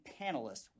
panelists